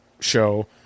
show